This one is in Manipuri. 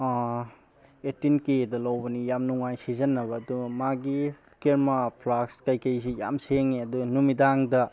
ꯑꯦꯠꯇꯤꯟ ꯀꯦꯗ ꯂꯧꯕꯅꯤ ꯌꯥꯝ ꯅꯨꯡꯉꯥꯏ ꯁꯤꯖꯟꯅꯕ ꯑꯗꯣ ꯃꯥꯒꯤ ꯀꯦꯃꯥ ꯐ꯭ꯂꯥꯁ ꯀꯩꯀꯩꯁꯦ ꯌꯥꯝ ꯁꯦꯡꯉꯤ ꯑꯗꯨ ꯅꯨꯃꯤꯗꯥꯡꯗ